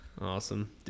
awesome